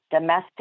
domestic